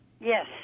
Yes